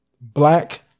Black